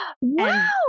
Wow